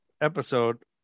episode